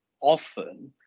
often